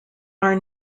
are